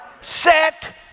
set